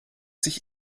sich